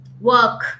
work